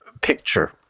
picture